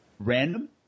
Random